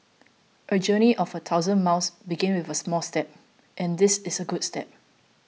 A journey of a thousand miles begins with a first step and this is a good step